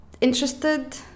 interested